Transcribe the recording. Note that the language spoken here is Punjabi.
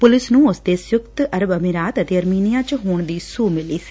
ਪੁਲਿਸ ਨੂੰ ਉਸ ਦੇ ਸੰਯੁਕਤ ਅਰਬ ਅਮੀਰਾਤ ਅਤੇ ਅਰਮੀਨੀਆ ਚ ਹੋਣ ਦੀ ਸੁਹ ਮਿਲੀ ਸੀ